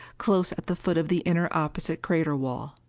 close at the foot of the inner opposite crater wall.